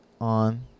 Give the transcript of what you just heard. on